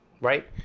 right